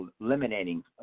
eliminating